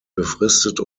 befristet